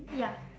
ya